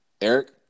Eric